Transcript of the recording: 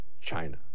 China